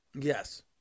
yes